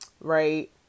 Right